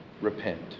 repent